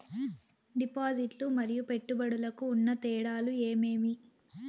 డిపాజిట్లు లు మరియు పెట్టుబడులకు ఉన్న తేడాలు ఏమేమీ?